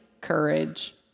courage